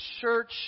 church